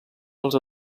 dels